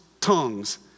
tongues